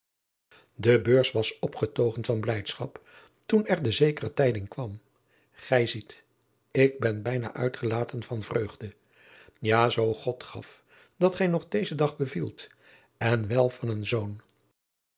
de beurs was opgetogen van blijdschap toen er de zekere tijding kwam gij ziet ik ben bijna uitgelaten van vreugde ja zoo god gaf dat gij nog dezen dag bevielt en wel van een zoon